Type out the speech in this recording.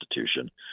institution